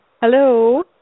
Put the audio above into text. Hello